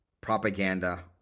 propaganda